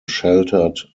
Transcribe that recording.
sheltered